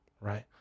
right